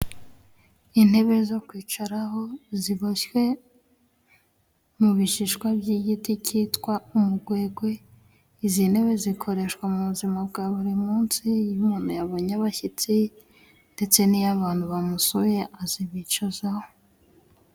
Intebe zo kwicaraho ziboshywe mu bishishwa by'igiti cyitwa umugwegwe， izi ntebe zikoreshwa mu buzima bwa buri munsi，iyo umuntu yabonye abashyitsi，ndetse n'iyo abantu bamusuye azibicazaho.